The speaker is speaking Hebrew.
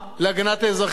כמו במדינת ישראל.